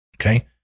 Okay